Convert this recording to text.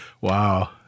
Wow